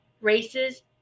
races